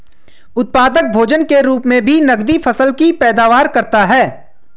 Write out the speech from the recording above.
उत्पादक भोजन के रूप मे भी नकदी फसल की पैदावार करता है